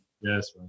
Yes